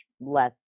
less